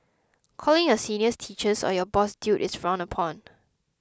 calling your seniors teachers or your boss dude is frowned upon